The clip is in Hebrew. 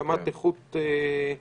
קמ"ט איכות הסביבה,